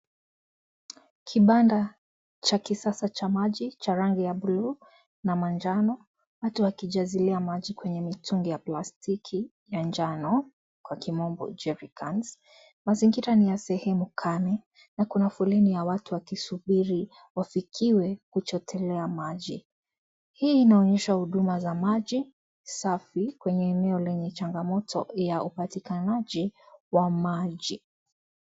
Kibanda cha kisasa cha maji cha rangi ya bluu na majano. Watu wakijazilia maji kwenye mitungi ya plastiki ya njano kwa kimombo jerrycans . Mazingira ni ya sehemu kame na kuna foleni ya watu wakisubiri wafikiwe kuchotelea maji. Hii inaonyesha huduma za maji safi kwenye eneo lenye changamoto ya upatikanaji wa maji.